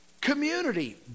community